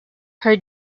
her